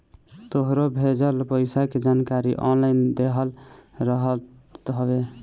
तोहरो भेजल पईसा के जानकारी ऑनलाइन देहल रहत हवे